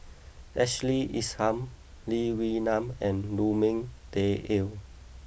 Ashley Isham Lee Wee Nam and Lu Ming Teh Earl